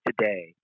today